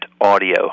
Audio